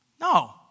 No